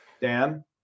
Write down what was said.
Dan